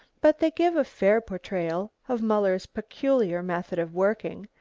but they give a fair portrayal of muller's peculiar method of working,